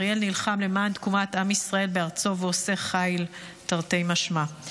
אריאל נלחם למען תקומת עם ישראל בארצו ועושה חיל תרתי משמע.